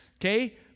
okay